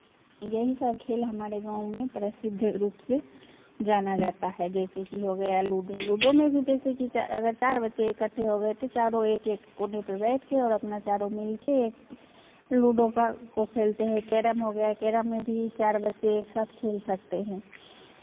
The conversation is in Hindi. यही सब खेल हमारे गाँव में प्रसिद्ध रूप से जाना जाता है जैसे कि हो गया लूडो लूडो में भी जैसे कि अगर चार बच्चे इकट्ठे हो गए तो चारों एक एक कोने पे बैठ के और अपना चारों मिल के लूडो का को खेलते हैं कैरम हो गया कैरम में भी चार बच्चे एक साथ खेल सकते हैं